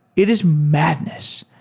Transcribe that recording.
it is madness.